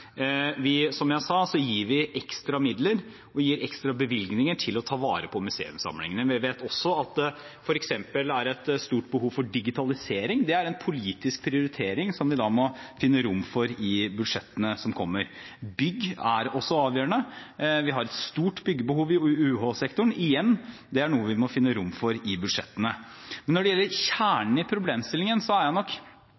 vi må gjøre og skal gjøre. Som jeg sa, gir vi ekstra midler og ekstra bevilgninger til å ta vare på museumssamlingene. Jeg vet også at det f.eks. er et stort behov for digitalisering. Det er en politisk prioritering som vi må finne rom for i budsjettene som kommer. Bygg er også avgjørende. Vi har et stort byggebehov i UH-sektoren. Igjen: Det er noe vi må finne rom for i budsjettene. Når det gjelder kjernen i problemstillingen, er jeg